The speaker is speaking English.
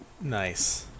Nice